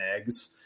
eggs